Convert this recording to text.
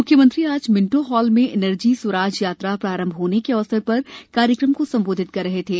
मुख्यमंत्री आज Minto hall में एनर्जी स्वराज यात्रा प्रारंभ होने के अवसर पर कार्यक्रम को संबोधित कर रहे थे